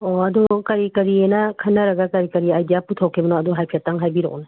ꯑꯣ ꯑꯗꯨ ꯀꯔꯤ ꯀꯔꯤ ꯍꯥꯏꯅ ꯈꯟꯅꯔꯒ ꯀꯔꯤ ꯀꯔꯤ ꯑꯥꯏꯗꯤꯌꯥ ꯄꯨꯊꯣꯛꯈꯤꯕꯅꯣ ꯑꯗꯨ ꯍꯥꯏꯐꯦꯠꯇꯪ ꯍꯥꯏꯕꯤꯔꯛꯎꯅꯦ